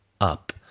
up